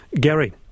Gary